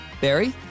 Barry